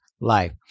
life